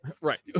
Right